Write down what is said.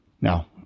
Now